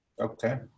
Okay